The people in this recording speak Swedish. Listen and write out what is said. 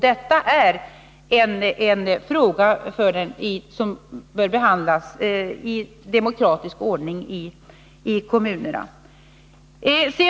Detta är en fråga som bör behandlas i demokratisk ordning i kommunerna.